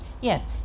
yes